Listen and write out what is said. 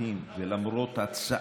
הוויכוחים ולמרות הצעקות,